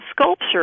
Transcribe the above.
sculpture